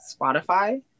Spotify